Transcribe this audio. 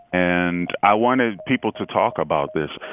and i wanted people to talk about this,